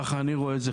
ככה אני רואה את זה,